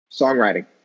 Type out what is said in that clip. songwriting